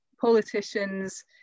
politicians